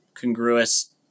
congruous